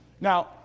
Now